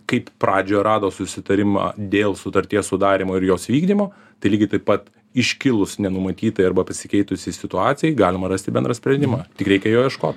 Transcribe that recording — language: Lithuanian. kaip pradžioj rado susitarimą dėl sutarties sudarymo ir jos vykdymo tai lygiai taip pat iškilus nenumatytai arba pasikeitusiai situacijai galima rasti bendrą sprendimą tik reikia jo ieškot